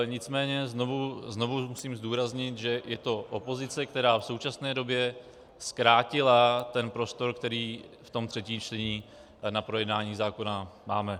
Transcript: Nicméně znovu musím zdůraznit, že je to opozice, která v současné době zkrátila prostor, který ve třetím čtení na projednání zákona máme.